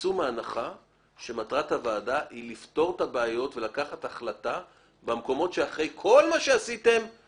מטרת הוועדה היא לקחת החלטה במקומות בהם אין לכם מידע.